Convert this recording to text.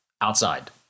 outside